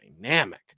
dynamic